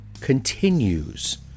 continues